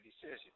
decision